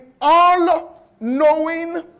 all-knowing